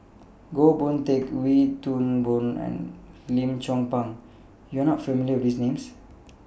Goh Boon Teck Wee Toon Boon and Lim Chong Pang YOU Are not familiar with These Names